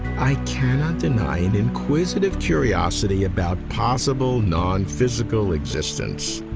i cannot deny an inquisitive curiosity about possible nonphysical existence.